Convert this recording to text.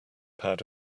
pad